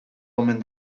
omen